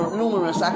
numerous